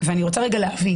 אני רוצה להבין.